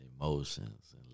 emotions